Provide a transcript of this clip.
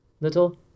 little